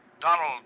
Donald